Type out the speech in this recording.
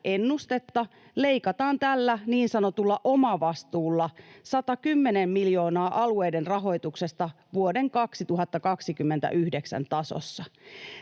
ennustetta, leikataan tällä niin sanotulla omavastuulla 110 miljoonaa alueiden rahoituksesta vuoden 2029 tasossa.